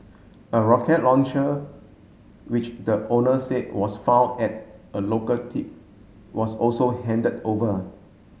a rocket launcher which the owner said was found at a local tip was also handed over